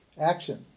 action